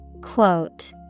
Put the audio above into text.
Quote